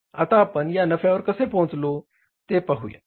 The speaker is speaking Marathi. आता आपण या नफ्यावर कसे पोहोचलो ते पाहूया